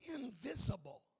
invisible